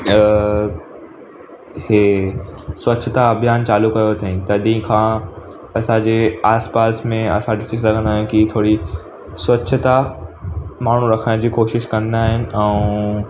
इहे स्वछता अभियान चालू कयो अथई तॾहिं खां असांजे आसिपासि में असां ॾिसी सघंदा आहियूं की थोरी स्वछता माण्हू रखण जी कोशिशि कंदा आहिनि ऐं